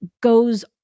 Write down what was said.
goes